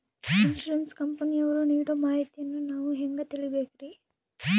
Insurance ಕಂಪನಿಯವರು ನೀಡೋ ಮಾಹಿತಿಯನ್ನು ನಾವು ಹೆಂಗಾ ತಿಳಿಬೇಕ್ರಿ?